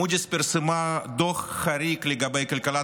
מודי'ס פרסמה דוח חריג לגבי כלכלת